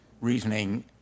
reasoning